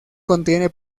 contiene